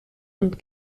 und